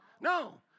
No